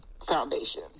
foundation